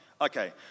Okay